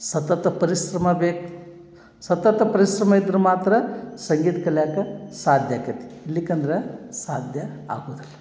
ಸತತ ಪರಿಶ್ರಮ ಬೇಕು ಸತತ ಪರಿಶ್ರಮ ಇದ್ರೆ ಮಾತ್ರ ಸಂಗೀತ ಕಲ್ಯಾಕ ಸಾಧ್ಯ ಆಕೈತಿ ಇಲ್ಲಿಕಂದ್ರೆ ಸಾಧ್ಯ ಆಗುದಿಲ್ಲ